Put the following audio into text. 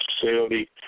facility